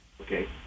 Okay